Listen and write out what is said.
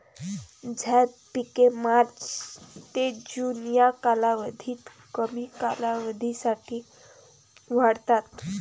झैद पिके मार्च ते जून या कालावधीत कमी कालावधीसाठी वाढतात